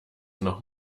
noch